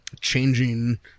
changing